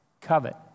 covet